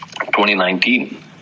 2019